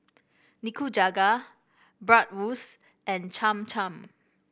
Nikujaga Bratwurst and Cham Cham